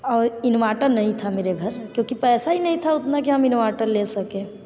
और इन्वाटर नहीं था मेरे घर क्योंकि पैसा ही नहीं था उतना कि हम इन्वाटर ले सकें